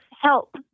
Help